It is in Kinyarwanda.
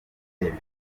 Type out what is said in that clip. undebe